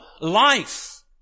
life